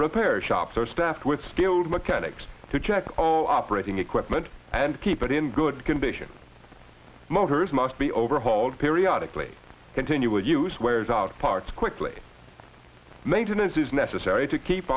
repair shops are staffed with skilled mechanics to check oh operating equipment and keep it in good condition motors must be overhauled periodically continual use wears out parts quickly and maintenance is necessary to keep